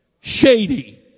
Shady